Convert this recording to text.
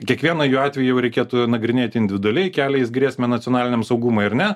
kiekvieną jų atvejį reikėtų nagrinėti individualiai keliais grėsmę nacionaliniam saugumui ar ne